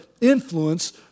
influence